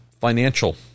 financial